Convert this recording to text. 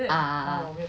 ah ah